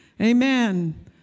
Amen